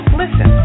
listen